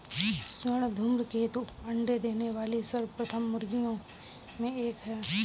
स्वर्ण धूमकेतु अंडे देने वाली सर्वश्रेष्ठ मुर्गियों में एक है